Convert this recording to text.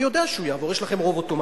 אני יודע שהוא יעבור, יש לכם רוב אוטומטי,